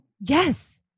Yes